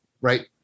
right